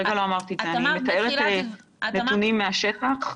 אני מתארת נתונים מהשטח.